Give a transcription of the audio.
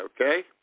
okay